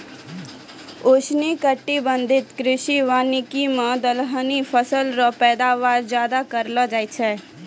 उष्णकटिबंधीय कृषि वानिकी मे दलहनी फसल रो पैदावार ज्यादा करलो जाय छै